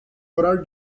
horário